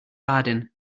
garden